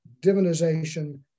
divinization